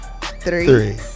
Three